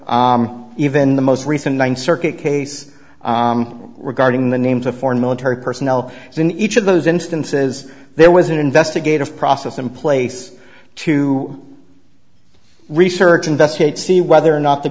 or even the most recent one circuit case regarding the names of foreign military personnel in each of those instances there was an investigative process in place to research investigate see whether or not the